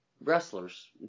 wrestlers